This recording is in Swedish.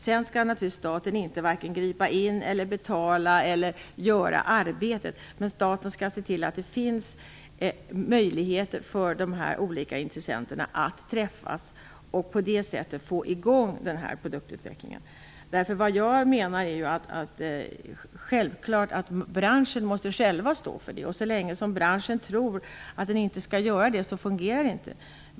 Staten skall naturligtvis varken gripa in, betala eller göra arbetet. Men staten skall se till att det finns möjligheter för de olika intressenterna att träffas och på det sättet få i gång den här produktutvecklingen. Självfallet måste branschen själv stå för detta. Så länge branschen tror att den inte skall göra det fungerar det inte.